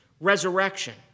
resurrection